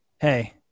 hey